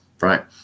right